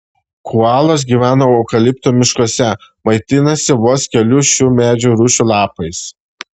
koalos gyvena eukaliptų miškuose maitinasi vos kelių šių medžių rūšių lapais